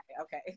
okay